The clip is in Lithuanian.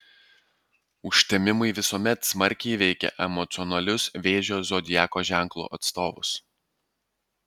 užtemimai visuomet smarkiai veikia emocionalius vėžio zodiako ženklo atstovus